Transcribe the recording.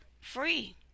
free